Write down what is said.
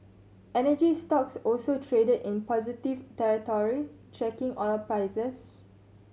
energy stocks also traded in positive territory tracking oil prices